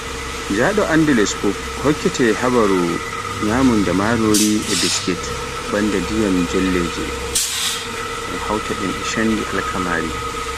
Njaɗo Andalus fuf hokkete habaaru nyamunda marori e biskit bannda ndiyam jolloje, un hawta ɗum e shondi alkamari